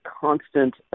constant